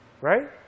Right